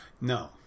No